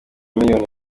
miliyoni